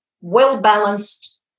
well-balanced